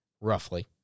roughly